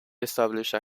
established